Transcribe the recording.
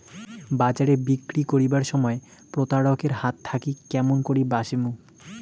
বাজারে বিক্রি করিবার সময় প্রতারক এর হাত থাকি কেমন করি বাঁচিমু?